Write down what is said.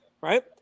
right